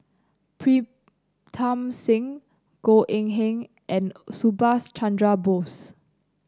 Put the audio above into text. Pritam Singh Goh Eng Han and Subhas Chandra Bose